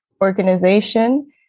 organization